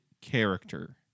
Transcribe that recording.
character